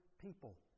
people